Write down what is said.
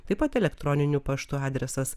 taip pat elektroniniu paštu adresas